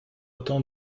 temps